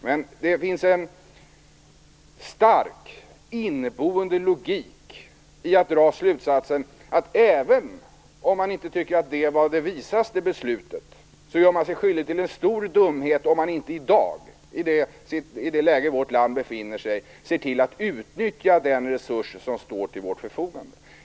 Men det finns en stark inneboende logik i att dra slutsatsen att även om man inte tycker att det var det visaste beslutet, gör man sig skyldig till en stor dumhet om man inte i dag, med tanke på det läge som vårt land befinner sig i, ser till att utnyttja den resurs som står till vårt förfogande.